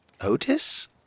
Otis